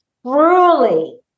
truly